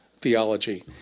theology